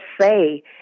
say